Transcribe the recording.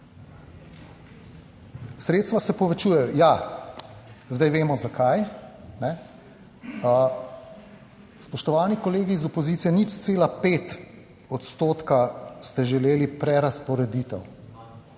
Sredstva se povečujejo, ja. Zdaj vemo zakaj. Spoštovani kolegi iz opozicije, 0,5 odstotka ste želeli prerazporeditev.